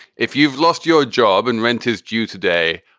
if you've lost your job and rent is due today,